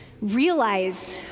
realize